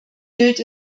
gilt